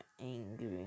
angry